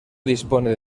dispone